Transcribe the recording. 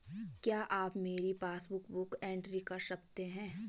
क्या आप मेरी पासबुक बुक एंट्री कर सकते हैं?